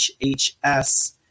HHS